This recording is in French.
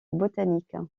botanique